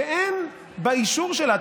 שאין באישור שלה,